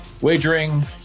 Wagering